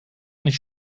nicht